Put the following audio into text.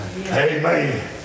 Amen